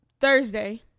thursday